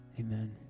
Amen